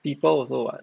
people also what